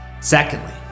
Secondly